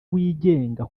wigenga